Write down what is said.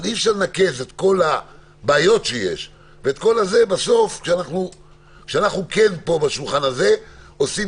אבל אי-אפשר לנקז את כל הבעיות שיש בסוף שכשאנחנו בשולחן הזה עושים